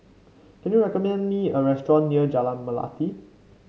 can you recommend me a restaurant near Jalan Melati